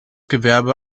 gewerbe